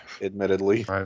Admittedly